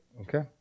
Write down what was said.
Okay